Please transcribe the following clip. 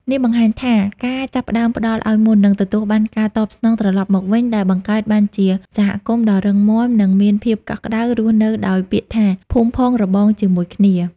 នេះបង្ហាញថា ការចាប់ផ្តើមផ្តល់ឲ្យមុន នឹងទទួលបានការតបស្នងត្រឡប់មកវិញ ដែលបង្កើតបានជាសហគមន៍ដ៏រឹងមាំ និងមានភាពកក់ក្តៅ រស់នៅដោយពាក្យថា "ភូមិផងរបងជាមួយគ្នា"។